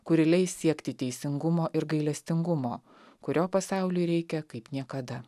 kuri leis siekti teisingumo ir gailestingumo kurio pasauliui reikia kaip niekada